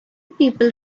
people